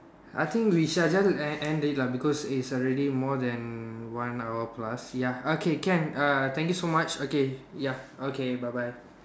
I think we shall just end end it lah because it's already more then one hour plus ya okay can uh thank you so much okay ya okay bye bye